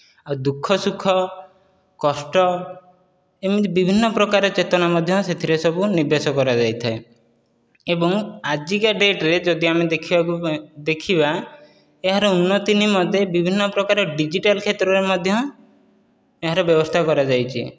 ଆଉ ଦୁଃଖ ସୁଖ କଷ୍ଟ ଏମିତି ବିଭିନ୍ନ ପ୍ରକାର ଚେତନା ମଧ୍ୟ ସେଥିରେ ସବୁ ନିବେଶ କରାଯାଇଥାଏ ଏବଂ ଆଜିକା ଡେଟରେ ଯଦି ଆମେ ଦେଖିବାକୁ ଦେଖିବା ଏହାର ଉନ୍ନତି ନିମନ୍ତେ ବିଭିନ୍ନ ପ୍ରକାର ଡିଜିଟାଲ କ୍ଷେତ୍ରରେ ମଧ୍ୟ ଏହାର ବ୍ୟବସ୍ଥା କରାଯାଇଛି